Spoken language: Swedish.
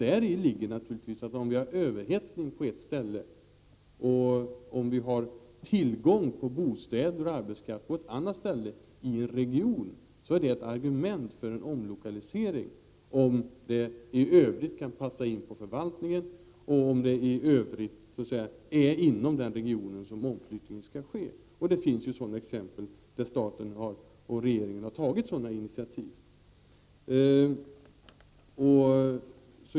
Däri ligger naturligtvis att om man har överhettning på ett ställe och tillgång på bostäder och arbetskraft på ett annat ställe i samma region, så är det ett argument för en omlokalisering, om detta i övrigt kan passa in på förvaltningen och om det av andra skäl är inom den regionen som omflyttningar skall ske. Det finns flera exempel där staten och regeringen har tagit sådana initiativ.